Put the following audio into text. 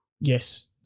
Yes